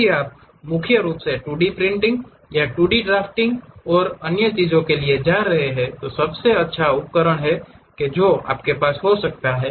यदि आप मुख्य रूप से 2 डी प्रिंटिंग या 2 डी ड्राफ्टिंग ब्लूप्रिंट और अन्य चीजों के लिए जा रहे हैं तो यह सबसे अच्छा उपकरण है जो किसी के पास हो सकता है